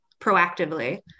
proactively